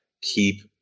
keep